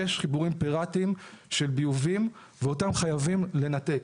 יש חיבורים פיראטיים של ביובים ואותם חייבים לנתק.